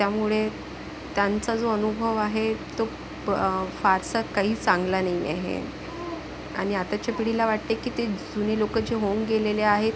त्यामुळे त्यांचा जो अनुभव आहे तो प फारसा काही चांगला नाही आहे आणि आताच्या पिढीला वाटते की ते जुनी लोकं जे होऊन गेलेले आहेत